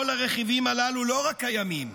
כל הרכיבים הללו לא רק קיימים,